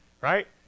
right